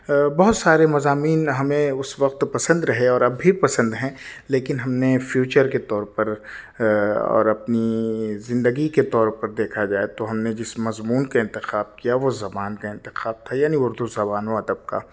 بہت سارے مضامین ہمیں اس وقت پسند رہے اور اب بھی پسند ہیں لیکن ہم نے فیوچر کے طور پر اور اپنی زندگی کے طور پر دیکھا جائے تو ہم نے جس مضمون کا انتخاب کیا وہ زبان کا انتخاب تھا یعنی اردو زبان و ادب کا